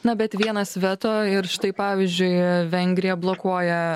na bet vienas veto ir štai pavyzdžiui vengrija blokuoja